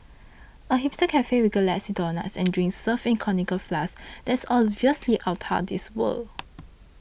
a hipster cafe with galaxy donuts and drinks served in conical flasks that's absolutely outta this world